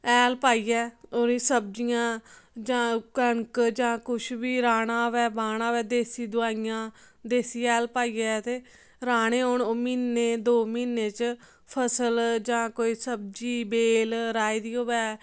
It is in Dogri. हैल पाइयै ओह्दियां सब्जियां जां कनक जां कुछ बी राहना होऐ बाह्ना होऐ देसी दवाइयां ते देसी हैल पाइयै ते राहने होन ते ओह् म्हीने दो म्हीने च फसल जां कोई सब्जी बेल राही दी होऐ